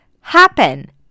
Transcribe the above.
Happen